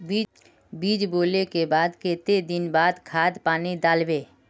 बीज बोले के बाद केते दिन बाद खाद पानी दाल वे?